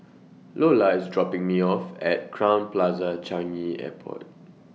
Lolla IS dropping Me off At Crowne Plaza Changi Airport